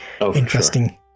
interesting